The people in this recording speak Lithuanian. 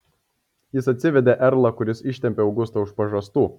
jis atsivedė erlą kuris ištempė augustą už pažastų